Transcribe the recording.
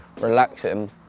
relaxing